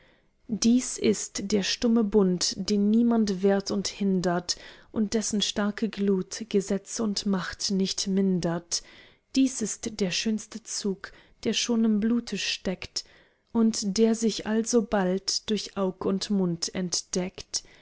dies ist der stumme bund den niemand wehrt und hindert und dessen starke glut gesetz und macht nicht mindert dies ist der schönste zug der schon im blute steckt und der sich alsobald durch aug und mund entdeckt